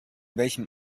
welchem